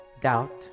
doubt